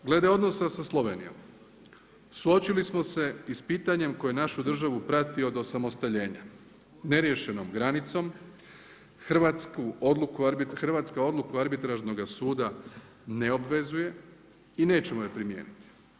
Glede odnosa sa Slovenijom, suočili smo se i s pitanjem koju našu državu prati od osamostaljenja, ne riješenom granicom, Hrvatska odluka arbitražnoga suda ne obvezuje i nećemo je primijeniti.